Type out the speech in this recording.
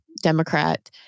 Democrat